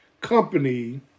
company